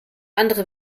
andere